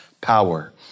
power